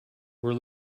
were